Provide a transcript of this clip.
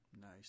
Nice